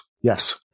Yes